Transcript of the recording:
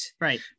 Right